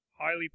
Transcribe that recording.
highly